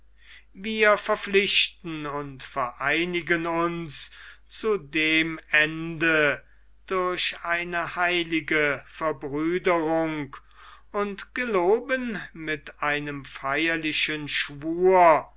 wir verpflichten und vereinigen uns zu dem ende durch eine heilige verbrüderung und geloben mit einem feierlichen schwur